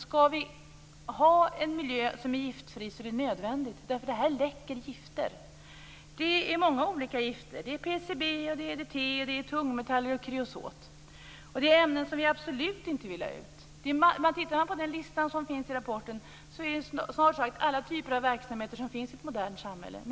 Men ska vi ha en miljö som är giftfri är det nödvändigt, för det här läcker gifter. Det är många olika gifter. Det är PCB, DDT, tungmetaller och kreosot. Det är ämnen som vi absolut inte vill ha ut. Tittar man på den lista som finns i rapporten är det snart sagt alla typer av verksamheter som finns i ett modernt samhälle.